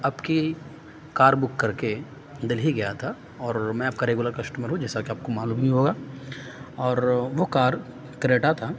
آپ کی car book کر کے دہلی گیا تھا اور میں آپ کا ریگولر کسٹمر ہوں جیسا کہ آپ کو معلوم ہی ہوگا اور وہ کار کریٹا تھا